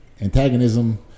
antagonism